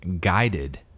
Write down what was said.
guided